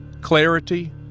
clarity